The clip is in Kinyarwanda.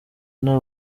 nta